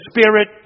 Spirit